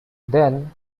then